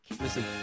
Listen